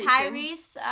Tyrese